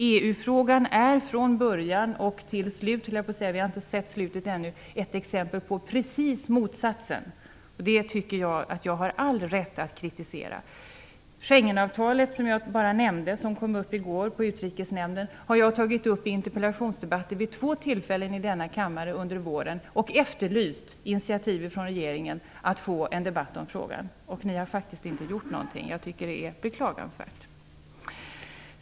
EU-frågan är från början till slut - vi har inte sett slutet ännu - ett exempel på motsatsen. Jag tycker att jag har all rätt att kritisera det. Jag nämnde Schengenavtalet, som kom upp i går i Utrikesnämnden. Jag har tagit upp det i interpellationsdebatter i denna kammare vid två tillfällen under våren. Jag har efterlyst initiativ från regeringen för att få en debatt om frågan. Ni har faktiskt inte gjort någonting. Jag tycker att det är beklagansvärt.